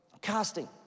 casting